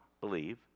believe